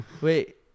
Wait